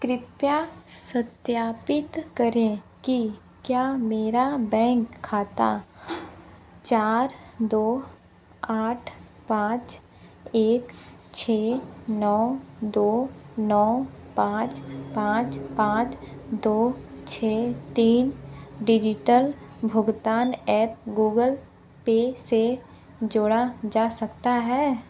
कृपया सत्यापित करें कि क्या मेरा बैंक खाता चार दो आठ पाँच एक छः नौ दो नौ पाँच पाँच पाँच दो छः तीन डिडिटल भुगतान ऐप गूगल पे से जोड़ा जा सकता है